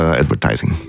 advertising